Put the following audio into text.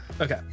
Okay